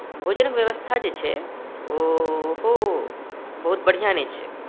भोजनक व्यवस्था जे छै ओहो बहुत बढ़िआँ नहि छै